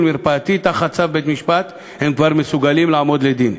מרפאתי תחת צו בית-המשפט הם כבר מסוגלים לעמוד לדין.